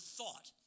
thought